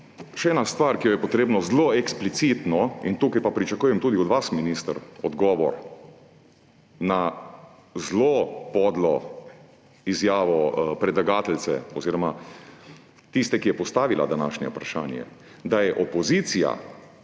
Še ena stvar, ki jo je potrebno zelo eksplicitno, in tukaj pa pričakujem tudi od vas, minister, odgovor na zelo podlo izjavo predlagateljice oziroma tiste, ki je postavila današnje vprašanje, da je opozicija